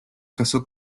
casó